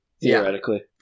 theoretically